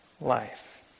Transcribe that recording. life